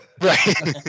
Right